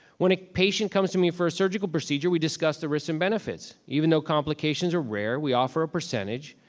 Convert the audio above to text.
when a patient comes to me for a surgical procedure, we discussed the risks and benefits, even though complications are rare, we offer a percentage.